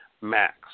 max